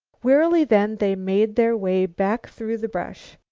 wearily then they made their way back through the brush.